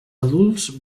adults